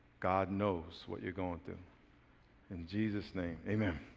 god knows what you're going through in jesus' name amen.